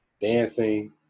dancing